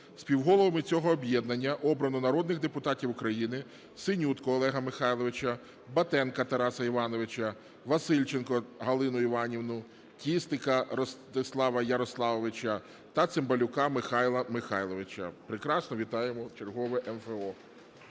Співголовами цього об'єднання обрано народних депутатів України: Синютку Олега Михайловича, Батенка Тараса Івановича, Васильченко Галину Іванівну, Тістика Ростислава Ярославовича та Цимбалюка Михайла Михайловича. Прекрасно. Вітаємо чергове МФО.